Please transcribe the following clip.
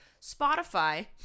Spotify